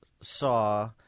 saw